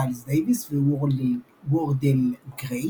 מיילס דייוויס ווורדל גריי,